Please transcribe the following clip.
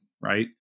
right